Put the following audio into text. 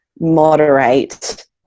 moderate